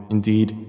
Indeed